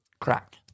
crack